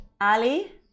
Ali